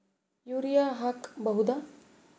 Urea ಹಾಕ್ ಬಹುದ?